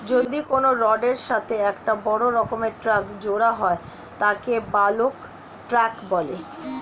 যদি কোনো রডের এর সাথে একটা বড় রকমের ট্যাংক জোড়া হয় তাকে বালক ট্যাঁক বলে